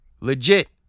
legit